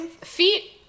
feet